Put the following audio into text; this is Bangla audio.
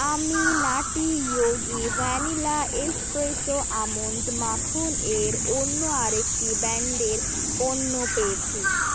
আমি Nutty Yogi vanilla espresso almond মাখন এর অন্য আরেকটি ব্র্যাণ্ডের পণ্য পেয়েছি